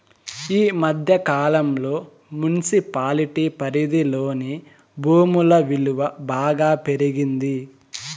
ఈ మధ్య కాలంలో మున్సిపాలిటీ పరిధిలోని భూముల విలువ బాగా పెరిగింది